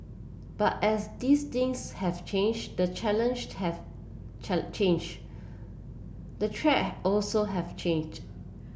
but as these things have changed the challenge have changed the threat also have changed